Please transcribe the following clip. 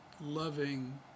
loving